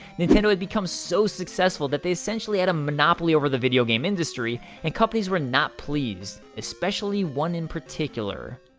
nintendo had become so successful, that they essentially had a monopoly over the video game industry, and companies were not pleased, especially one in particular,